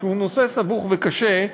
שהוא נושא סבוך וקשה,